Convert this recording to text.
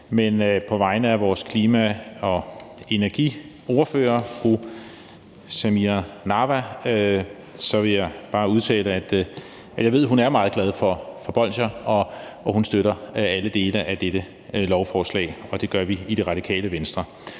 men på vegne af vores klima- og energiordfører, fru Samira Nawa, vil jeg bare udtale, at jeg ved, at hun er meget glad for bolsjer og hun støtter alle dele af dette lovforslag, og det gør vi i Radikale Venstre.